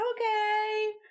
Okay